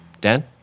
Dan